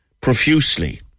profusely